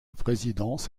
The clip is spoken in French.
présidence